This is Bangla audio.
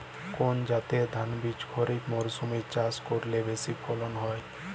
কোন জাতের ধানবীজ খরিপ মরসুম এ চাষ করলে বেশি ফলন হয়?